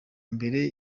mbere